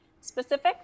specific